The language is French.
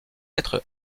être